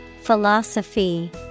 Philosophy